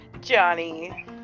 Johnny